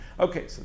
Okay